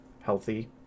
healthy